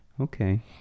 okay